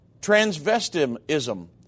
transvestism